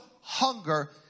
hunger